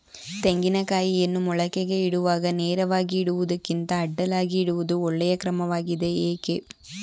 ತೆಂಗಿನ ಕಾಯಿಯನ್ನು ಮೊಳಕೆಗೆ ಇಡುವಾಗ ನೇರವಾಗಿ ಇಡುವುದಕ್ಕಿಂತ ಅಡ್ಡಲಾಗಿ ಇಡುವುದು ಒಳ್ಳೆಯ ಕ್ರಮವಾಗಿದೆ ಏಕೆ?